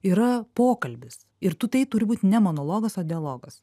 yra pokalbis ir tu tai turi būt ne monologas o dialogas